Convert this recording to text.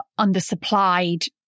undersupplied